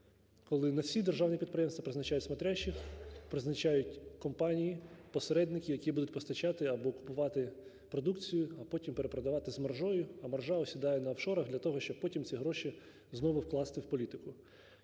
коли на всі державні підприємства призначають "смотрящих", призначають компанії-посередники, які будуть постачати або купувати продукцію, а потім перепродавати з маржею, а маржа осідає на офшорах для того, щоб потім ці гроші знову вкласти в політику.